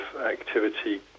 activity